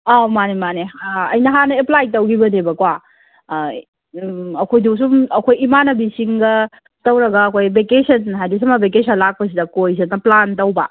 ꯑꯥ ꯃꯥꯟꯅꯤ ꯃꯥꯟꯅꯤ ꯑꯩ ꯅꯍꯥꯟꯅ ꯑꯦꯄ꯭ꯂꯥꯏ ꯇꯧꯈꯤꯕꯅꯦꯕꯀꯣ ꯎꯝ ꯑꯩꯈꯣꯏꯗꯨ ꯁꯨꯝ ꯑꯩꯈꯣꯏ ꯏꯃꯥꯟꯅꯕꯤꯁꯤꯡꯒ ꯇꯧꯔꯒ ꯑꯩꯈꯣꯏ ꯕꯦꯀꯦꯁꯟ ꯍꯥꯏꯗꯤ ꯁꯝꯃꯔ ꯕꯦꯀꯦꯁꯟ ꯂꯥꯛꯄꯁꯤꯗ ꯀꯣꯏꯁꯦꯅ ꯄ꯭ꯂꯥꯟ ꯇꯧꯕ